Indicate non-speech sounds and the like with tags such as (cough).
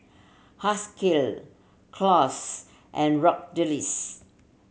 Haskell Claus and (unintelligible)